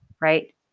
Right